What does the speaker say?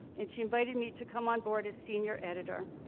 and she invited me to come on board as senior editor.